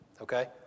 okay